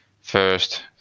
first